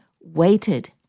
waited